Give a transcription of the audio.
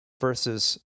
versus